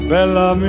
Bella